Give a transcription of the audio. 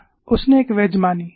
उसने एक वैज मानी